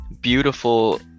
beautiful